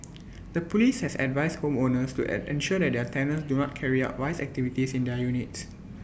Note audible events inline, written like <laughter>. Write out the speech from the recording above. <noise> the Police has advised home owners to end ensure that their tenants do not carry out vice activities in their units